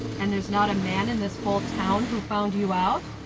and there's not a man in this whole town who found you out?